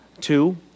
Two